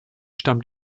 stammt